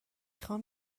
خوام